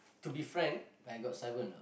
to be frank I got seven ah